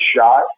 shot